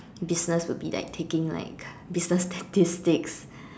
business would be like taking like business statistics